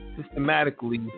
systematically